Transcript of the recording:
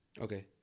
Okay